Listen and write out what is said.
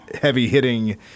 heavy-hitting –